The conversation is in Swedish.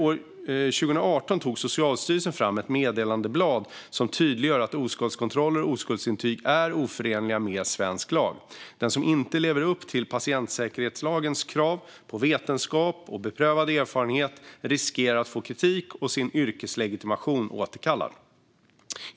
År 2018 tog Socialstyrelsen fram ett meddelandeblad som tydliggör att oskuldskontroller och oskuldsintyg är oförenliga med svensk lag. Den som inte lever upp till patientsäkerhetslagens krav på vetenskap och beprövad erfarenhet riskerar att få kritik och få sin yrkeslegitimation återkallad.